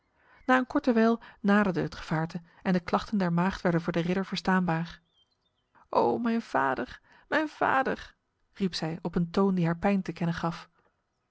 na een korte wijl naderde het gevaarte en de klachten der maagd werden voor de ridder verstaanbaar o mijn vader mijn vader riep zij op een toon die haar pijn te kennen gaf